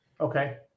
okay